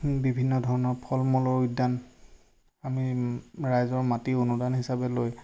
বিভিন্ন ধৰণৰ ফল মূলৰ উদ্যান আমি ৰাইজৰ মাটি অনুদান হিচাপে লৈ